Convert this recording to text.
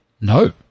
No